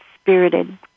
spirited